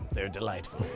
they're delightful.